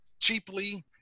cheaply